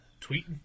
Tweeting